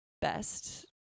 best